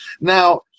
Now